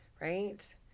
right